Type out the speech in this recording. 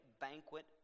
banquet